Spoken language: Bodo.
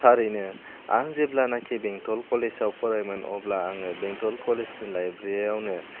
थारैनो आं जेब्लानाखि बेंतल कलेजाव फरायोमोन अब्ला आङो बेंतल कलेजनि लाइब्रियावनो